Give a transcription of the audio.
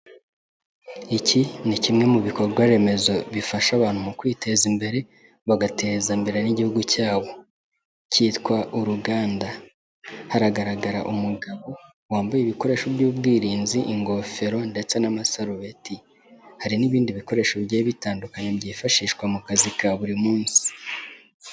Iki ni kimwe mu bikorwa remezo bifasha abantu mu kwiteza imbere bagateza imbere n'igihugu cyabo cyitwa uruganda, haragaragara umugabo wambaye ibikoresho by'ubwirinzi ingofero ndetse n'amasarubeti, hari n'ibindi bikoresho bigiye bitandukanye byifashishwa mu kazi ka buri munsi.